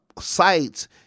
sites